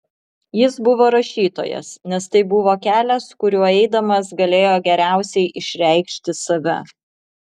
jis buvo rašytojas nes tai buvo kelias kuriuo eidamas galėjo geriausiai išreikšti save